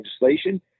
legislation